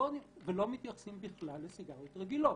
האלקטרוניות ולא מתייחסים בכלל לסיגריות רגילות.